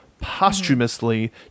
posthumously